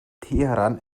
teheran